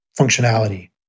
functionality